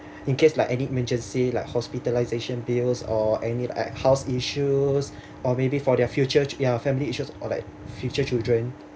in case like any emergency like hospitalisation bills or any like house issues or maybe for their future ya family issues or like future children